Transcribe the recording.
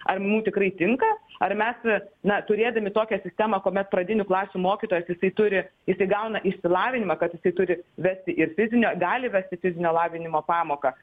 ar mum tikrai tinka ar mes na turėdami tokią sistemą kuomet pradinių klasių mokytojas jisai turi jisai gauna išsilavinimą kad jisai turi vesti ir fizinio gali vesti fizinio lavinimo pamoką